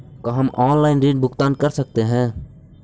का हम आनलाइन ऋण भुगतान कर सकते हैं?